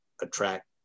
attract